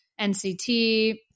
NCT